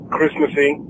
Christmassy